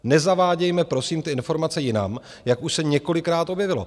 Nezavádějme prosím ty informace jinam, jak už se několikrát objevilo.